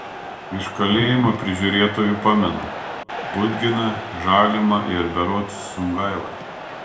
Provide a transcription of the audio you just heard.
iš kalėjimo prižiūrėtojų pamenu budginą žalimą ir berods sungailą